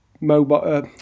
mobile